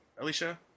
Alicia